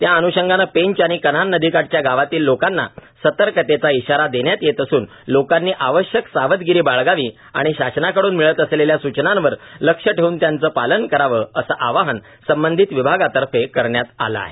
त्या अन्षंगाने पेंच आणि कन्हान नदीकाठच्या गावातील लोकांना सतर्कतेचा इशारा देण्यात येत असून लोकांनी आवश्यक सावधगिरी बाळगावी व शासनाकडून मिळत असलेल्या सूचनांवर लक्ष ठेवून त्याचे पालन करावे असं आवाहन संबंधित विभागातर्फे करण्यात आले आहे